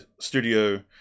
studio